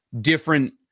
different